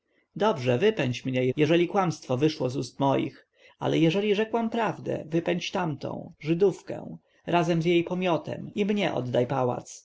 dobrze wypędź mnie jeżeli kłamstwo wyszło z ust moich ale jeżeli rzekłam prawdę wypędź tamtą żydówkę razem z jej pomiotem i mnie oddaj pałac